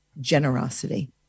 generosity